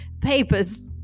papers